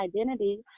identity